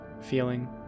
feeling